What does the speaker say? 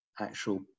actual